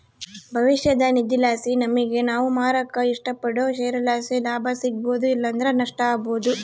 ಭವಿಷ್ಯದ ನಿಧಿಲಾಸಿ ನಮಿಗೆ ನಾವು ಮಾರಾಕ ಇಷ್ಟಪಡೋ ಷೇರುಲಾಸಿ ಲಾಭ ಸಿಗ್ಬೋದು ಇಲ್ಲಂದ್ರ ನಷ್ಟ ಆಬೋದು